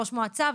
ראש מועצה,